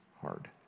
hard